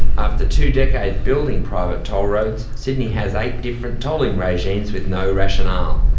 after two decades building private toll roads, sydney has eight different tolling regimes with no rationale.